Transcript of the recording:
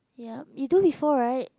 ya you do before right